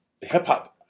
Hip-hop